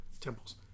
temples